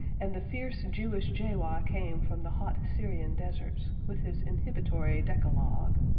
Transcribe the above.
and the fierce jewish jaywah came from the hot syrian deserts with his inhibitory decalogue.